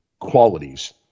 qualities